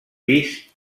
pis